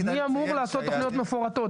מי אמור לעשות תכניות מפורטות?